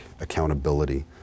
accountability